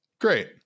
Great